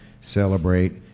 Celebrate